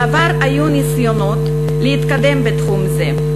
בעבר היו ניסיונות להתקדם בתחום זה.